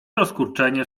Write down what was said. rozkurczenie